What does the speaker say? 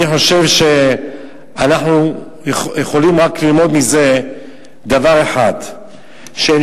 אני חושב שאנחנו יכולים רק ללמוד מזה דבר אחד: שאין